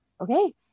okay